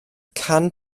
can